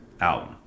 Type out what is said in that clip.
album